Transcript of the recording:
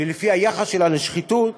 ולפי היחס שלה לשחיתות,